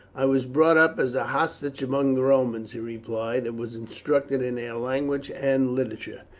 i was brought up as a hostage among the romans, he replied, and was instructed in their language and literature.